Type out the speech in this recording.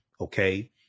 Okay